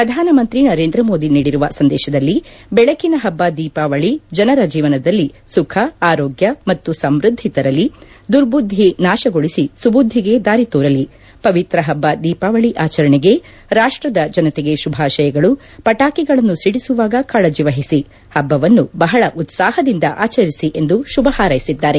ಪ್ರಧಾನಮಂತ್ರಿ ನರೇಂದ್ರ ಮೋದಿ ನೀಡಿರುವ ಸಂದೇಶದಲ್ಲಿ ಬೆಳಕಿನ ಹಬ್ಬ ದೀಪಾವಳಿ ಜನರ ಜೀವನದಲ್ಲಿ ಸುಖ ಆರೋಗ್ಯ ಮತ್ತು ಸಮೃದ್ದಿ ತರಲಿ ದುರ್ಬುದ್ದಿ ನಾಶಗೊಳಿಸಿ ಸುಬುದ್ದಿಗೆ ದಾರಿ ತೋರಲಿ ಪವಿತ್ರ ಹಬ್ಬ ದೀಪಾವಳಿ ಆಚರಣೆಗೆ ರಾಷ್ಟ್ರದ ಜನತೆಗೆ ಶುಭಾಶಯಗಳು ಪಟಾಕಿಗಳನ್ನು ಸಿದಿಸುವಾಗ ಕಾಳಜಿ ವಹಿಸಿ ಹಬ್ಬವನ್ನು ಬಹಳ ಉತ್ಸಾಹದಿಂದ ಆಚರಿಸಿ ಎಂದು ಶುಭ ಹಾರೈಸಿದ್ದಾರೆ